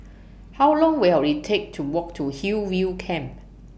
How Long Will IT Take to Walk to Hillview Camp